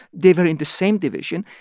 they were in the same division,